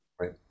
Right